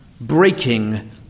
breaking